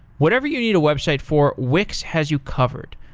whatever you need a website for, wix has you covered.